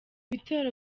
bitero